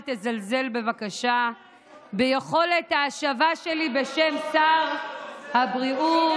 אל תזלזל בבקשה ביכולת ההשבה שלי בשם שר הבריאות.